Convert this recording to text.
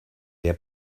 der